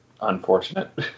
unfortunate